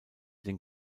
den